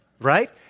right